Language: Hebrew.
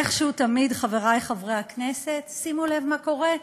איכשהו, תמיד, חברי חברי הכנסת, שימו לב מה קורה: